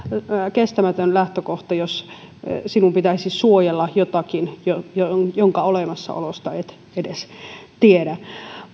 kestämätön lähtökohta jos sinun pitäisi suojella jotakin jonka olemassaolosta et edes tiedä